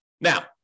Now